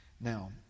Now